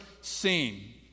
seen